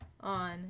on